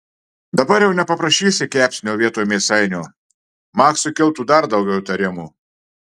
dabar jau nepaprašysi kepsnio vietoj mėsainio maksui kiltų dar daugiau įtarimų